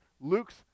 Luke's